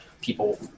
People